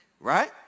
Right